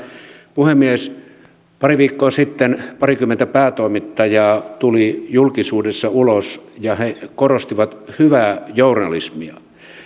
puhemies pari viikkoa sitten parikymmentä päätoimittajaa tuli julkisuudessa ulos ja he korostivat hyvää journalismia